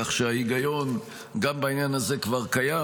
כך שההיגיון גם בעניין הזה כבר קיים,